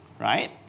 right